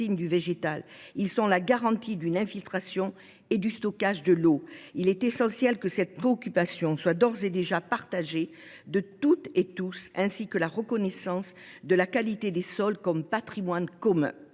Ils sont la garantie de l’infiltration et du stockage de l’eau. Il est essentiel que cette préoccupation soit d’ores et déjà partagée par toutes et tous, de même que la reconnaissance de la qualité des sols comme patrimoine commun.